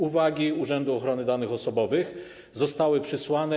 Uwagi Urzędu Ochrony Danych Osobowych zostały przysłane.